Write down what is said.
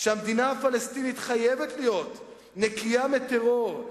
שהמדינה הפלסטינית חייבת להיות נקייה מטרור,